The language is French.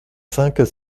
cinq